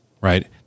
right